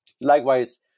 Likewise